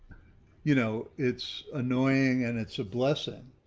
you know, it's annoying, and it's a blessing.